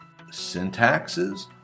syntaxes